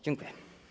Dziękuję.